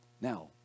Now